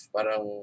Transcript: Parang